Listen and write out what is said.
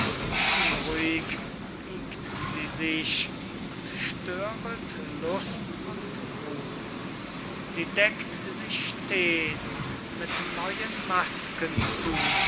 unruhig wiegt sie sich und störet lust und ruh sie deckt sich stets mit neuen masken zu